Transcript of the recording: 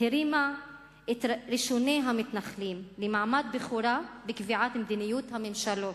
הרים את ראשוני המתנחלים למעמד בכורה בקביעת מדיניות הממשלות,